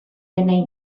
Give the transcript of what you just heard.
denei